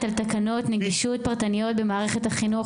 על תקנות נגישות פרטנית במערכת החינוך.